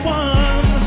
one